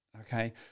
okay